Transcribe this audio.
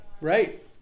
Right